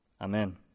Amen